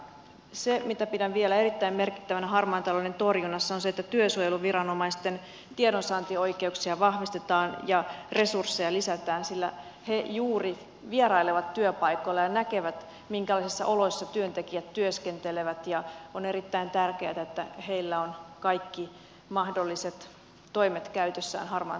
se mitä pidän vielä erittäin merkittävänä harmaan talouden torjunnassa on se että työsuojeluviranomaisten tiedonsaantioikeuksia vahvistetaan ja resursseja lisätään sillä he juuri vierailevat työpaikoilla ja näkevät minkälaisissa oloissa työntekijät työskentelevät ja on erittäin tärkeätä että heillä on kaikki mahdolliset toimet käytössään harmaan talouden torjunnassa